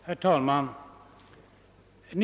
Herr talman!